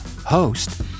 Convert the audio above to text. host